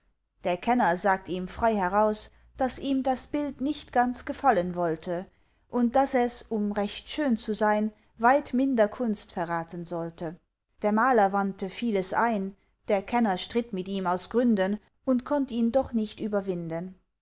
der kenner sagt ihm frei heraus daß ihm das bild nicht ganz gefallen wollte und daß es um recht schön zu sein weit minder kunst verraten sollte der maler wandte vieles ein der kenner stritt mit ihm aus gründen und konnt ihn doch nicht überwinden